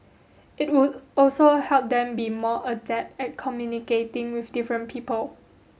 it would also help them be more adept at communicating with different people